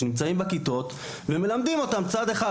שנמצאים בכיתות ומלמדים אותם צד אחד,